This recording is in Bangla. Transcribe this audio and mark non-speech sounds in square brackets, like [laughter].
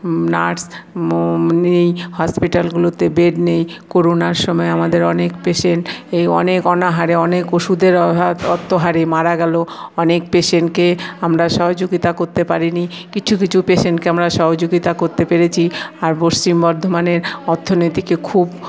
নার্স নেই হসপিটালগুলোতে বেড নেই কোরোনার সময় আমাদের অনেক পেশেন্ট এই অনেক অনাহারে অনেক ওষুধের [unintelligible] মারা গেল অনেক পেশেন্টকে আমরা সহযোগিতা করতে পারিনি কিছু কিছু পেশেন্টকে আমরা সহযোগিতা করতে পেরেছি আর পশ্চিম বর্ধমানের অর্থনীতিকে খুব